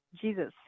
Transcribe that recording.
Jesus